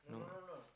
no no